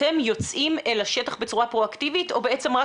אתם יוצאים אל השטח בצורה פרואקטיבית או בעצם רק